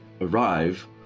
arrive